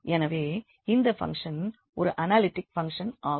எனவே இந்த பங்க்ஷன் ஒரு அனாலிட்டிக் பங்க்ஷன் ஆகும்